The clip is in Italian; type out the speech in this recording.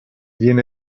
viene